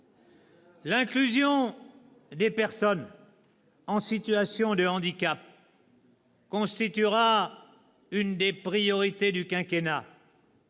L'inclusion des personnes en situation de handicap constituera une des priorités du quinquennat.